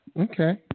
Okay